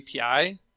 api